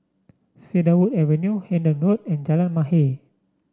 Cedarwood Avenue Hendon Road and Jalan Mahir